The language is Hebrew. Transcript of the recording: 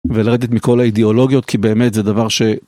ולרדת מכל האידיאולוגיות כי באמת זה דבר ש.